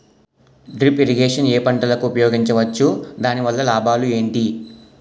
Drip irrigation ఏ పంటలకు ఉపయోగించవచ్చు? దాని వల్ల లాభాలు ఏంటి?